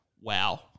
wow